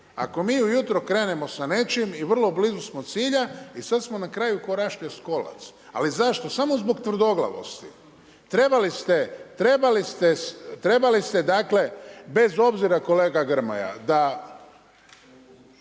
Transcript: Ako mi ujutro krenemo sa nečim i vrlo blizu smo cilja i sada smo na kraju kao …/Govornik se ne razumije./…. Ali zašto? Samo zbog tvrdoglavosti. Trebali ste dakle bez obzira kolega Grmoja da